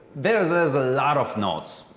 there's there's a lot of notes.